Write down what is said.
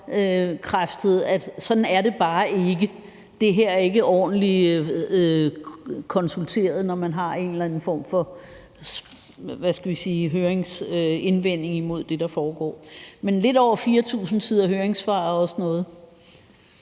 afkræftet, og at det bare ikke er sådan. Det her er ikke ordentligt konsulteret, når man har en eller anden form for høringsindvending imod det, der foregår. Men lidt over 4.000 siders høringssvar jo også noget.